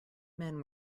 men